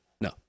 No